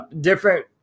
different